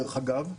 דרך אגב,